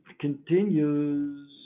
continues